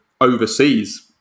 overseas